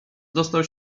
dostał